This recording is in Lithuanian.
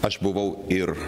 aš buvau ir